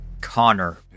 Connor